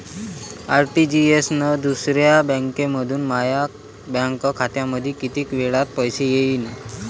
RTGS न दुसऱ्या बँकेमंधून माया बँक खात्यामंधी कितीक वेळातं पैसे येतीनं?